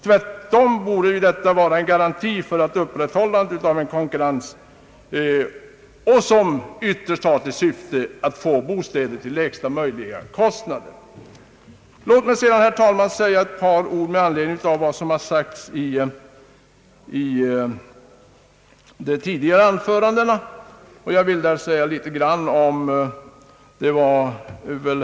Tvärtom borde detta vara en garanti för upprätthållandet av konkurrens, som ytterst har till syfte att få bostäder till lägsta möjliga kostnader. Låt mig sedan, herr talman, säga några ord med anledning av vad som tidigare yttrats här i kammaren.